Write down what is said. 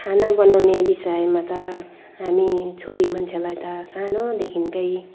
खाना बनाउने विषयमा त हामी छोरी मान्छेलाई त सानोदेखिकै